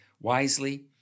wisely